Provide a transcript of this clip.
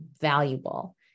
valuable